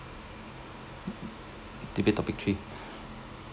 debate topic three